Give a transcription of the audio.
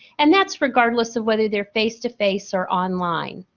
and, that's regardless of whether they're face to face or online.